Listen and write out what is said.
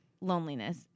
loneliness